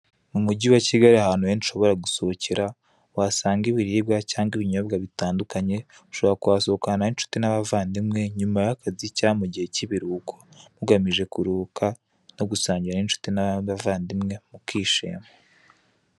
Umujyi wa Kigali hari ahantu ushobora gusohokera, wasanga ibiribwa cyangwa ibinyobwa bitandukanye, ushobora kuhasohokana n'inshuti n'abavandimwe, nyuma y'akazi cyangwa ibiruhuko, mugamije kuruhuka no gusangira n'inshuti n'abavandimwe, mukishima.